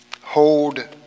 hold